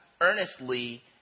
earnestly